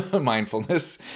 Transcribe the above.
mindfulness